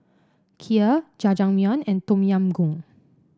Kheer Jajangmyeon and Tom Yam Goong